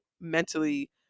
mentally